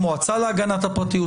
המועצה להגנת הפרטיות.